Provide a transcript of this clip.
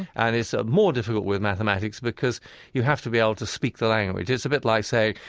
and it's ah more difficult with mathematics, because you have to be able to speak the language. it's a bit like saying,